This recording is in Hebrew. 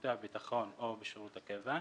ושירותי הביטחון או בשירות הקבע,